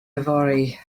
yfory